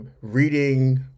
reading